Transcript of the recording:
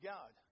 God